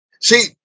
See